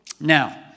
Now